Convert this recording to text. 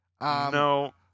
No